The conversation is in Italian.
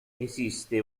esiste